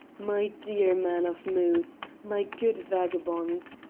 my dear man of moods! my good vagabond!